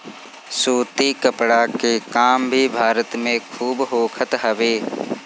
सूती कपड़ा के काम भी भारत में खूब होखत हवे